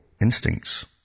instincts